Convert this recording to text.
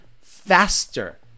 faster